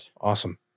awesome